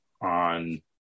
on